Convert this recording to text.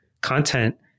content